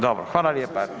Dobro, hvala lijepa.